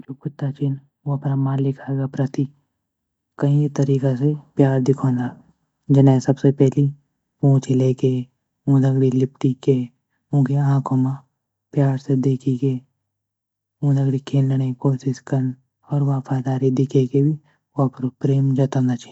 जो कुत्ता चिन्ह वो अपर मालिका की प्रति कई तरीके से प्यार दिखाना जन सबसे पहले पूंछ हिलाई के ऊन दगड़ी लिपटी के ऊन का आँखों मा प्यार से देखेंगे ऊन दगड़ी खेलने, कोशिश कर और वफादारी दिखे के भी वो अपडु प्रेम जतन छन।